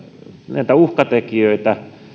näitä uhkatekijöitä